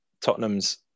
Tottenham's